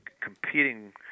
competing